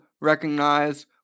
recognize